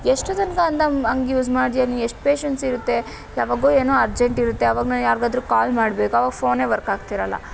ಎಷ್ಟು ತನಕ ಅಂತ ಹಾಗೆ ಯೂಸ್ ಮಾಡ್ತೀಯಾ ನೀನು ಎಷ್ಟು ಪೇಶೆನ್ಸ್ ಇರುತ್ತೆ ಯಾವಾಗೋ ಏನೋ ಅರ್ಜೆಂಟ್ ಇರುತ್ತೆ ಆವಾಗ ನಾನು ಯಾರಿಗಾದ್ರೂ ಕಾಲ್ ಮಾಡಬೇಕು ಆವಾಗ ಫೋನೇ ವರ್ಕಾಗ್ತಿರಲ್ಲ